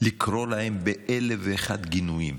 לקרוא להם באלף ואחד גינויים.